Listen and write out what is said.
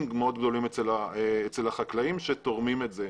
מאוד גדולים אצל החקלאים שתורמים את זה.